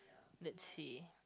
let's see